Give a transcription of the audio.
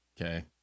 okay